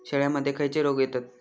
शेळ्यामध्ये खैचे रोग येतत?